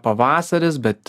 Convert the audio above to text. pavasaris bet